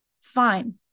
fine